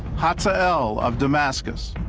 hafa el of damascus.